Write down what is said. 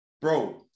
bro